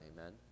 amen